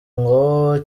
ngo